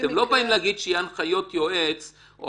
אתם לא אומרים שיהיו הנחיות יועץ או